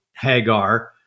Hagar